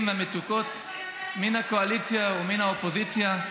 והמתוקות מן הקואליציה ומן האופוזיציה,